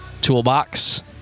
toolbox